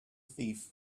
thief